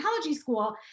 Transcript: school